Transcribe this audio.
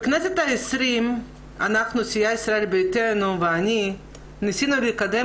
בכנסת ה-20 סיעת ישראל ביתנו ואני ניסינו לקדם